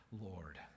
Lord